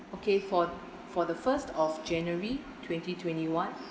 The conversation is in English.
okay for for the first of january twenty twenty one